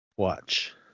Watch